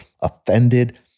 offended